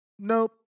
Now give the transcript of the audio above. nope